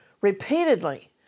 repeatedly